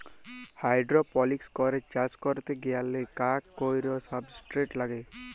hydroponics করে চাষ ক্যরতে গ্যালে কাক কৈর সাবস্ট্রেট লাগে